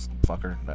fucker